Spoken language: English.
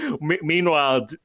Meanwhile